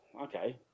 okay